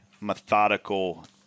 methodical